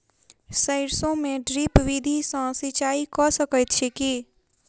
सैरसो मे ड्रिप विधि सँ सिंचाई कऽ सकैत छी की?